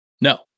No